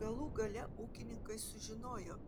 galų gale ūkininkai sužinojo